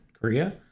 Korea